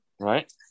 right